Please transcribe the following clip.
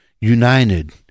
united